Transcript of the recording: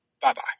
Bye-bye